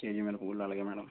KG మినపగుండ్లు అలాగే madam